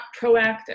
proactive